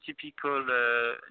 typical